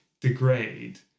degrade